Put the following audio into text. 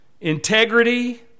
integrity